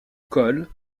col